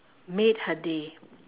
made her day